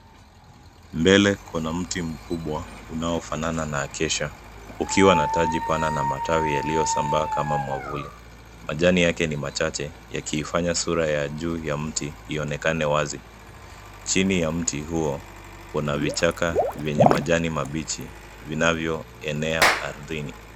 Mbele kuna mti mkubwa unaofanana na acacia ukiwa na taji pana na matawi yaliyosambaa kama mwavuli. Majani yake ni machache yakiifanya sura ya juu ya mti ionekane wazi. Chini ya mti huo kuna vichaka vyenye majani mabichi vinavyoenea ardhini.